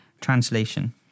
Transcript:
Translation